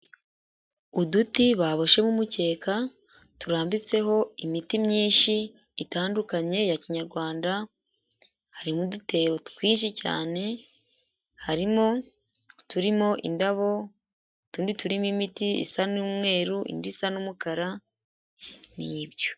Uduti baboshyemo umukeka turambitseho imiti myinshi itandukanye ya kinyarwanda, harimo udutebo twinshi cyane, harimo uturimo indabo, utundi turimo imiti isa n'umweru, indi isa n'umukara ni ibyo.